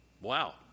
wow